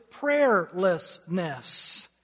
prayerlessness